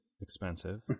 expensive